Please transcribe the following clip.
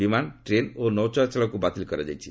ବିମାନ ଟ୍ରେନ୍ ଓ ନୌଚଳାଚଳକୁ ବାତିଲ କରାଯାଇଛି